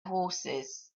horses